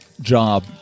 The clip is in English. job